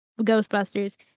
Ghostbusters